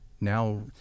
now